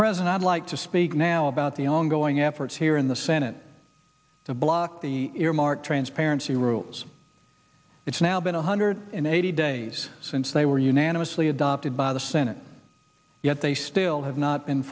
and i'd like to speak now about the ongoing efforts here in the senate to block the earmark transpire the rules it's now been one hundred eighty days since they were unanimously adopted by the senate yet they still have not been